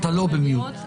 לא ב-mute.